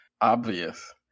obvious